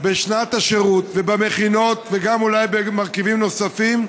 בשנת השירות ובמכינות, ואולי גם במרכיבים נוספים,